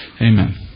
Amen